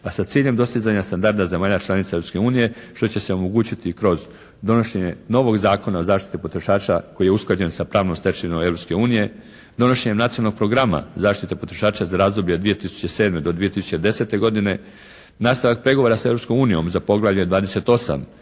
a sa ciljem dostizanja standarda zemalja članica Europske unije što će se omogućiti kroz donošenje novog Zakona o zaštiti potrošača koji je usklađen sa pravnom stečevinom Europske unije, donošenje nacionalnog programa zaštite potrošača za razdoblje 2007. do 2010. godine, nastavak pregovora sa Europskom unijom